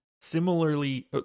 similarly